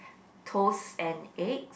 toasts and egg